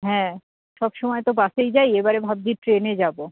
হ্যাঁ সব সময় তো বাসেই যাই এবারে ভাবছি ট্রেনে যাব